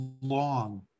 long